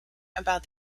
about